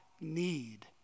need